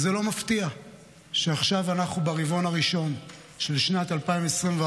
זה לא מפתיע שעכשיו, ברבעון הראשון של שנת 2024,